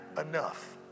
enough